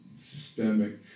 systemic